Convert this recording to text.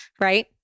right